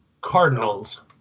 Cardinals –